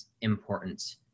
important